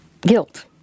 guilt